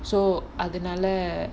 so அதனால:athanaala